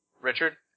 Richard